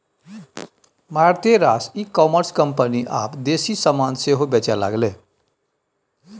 मारिते रास e commerce company आब देसी समान सेहो बेचय लागलै